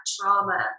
trauma